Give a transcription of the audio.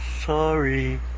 Sorry